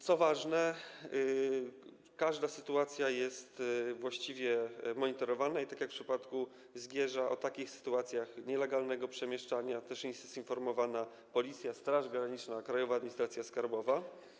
Co ważne, każda sytuacja jest właściwie monitorowana i, tak jak w wypadku Zgierza, o przypadkach nielegalnego przemieszczania też jest informowana Policja, Straż Graniczna, Krajowa Administracja Skarbowa.